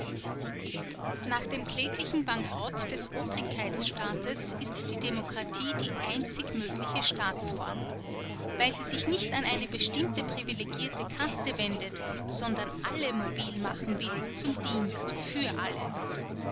nach dem kläglichen bankerott des obrigkeitsstaates ist die demokratie die einzig mögliche staatsform weil sie sich nicht an eine bestimmte privilegierte kaste wendet sondern alle mobil machen will zum dienst für alle